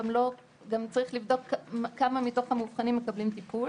צריך לבדוק גם כמה מתוך המאובחנים מקבלים טיפול